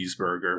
Cheeseburger